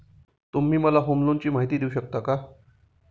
तुम्ही मला होम लोनची माहिती देऊ शकता का?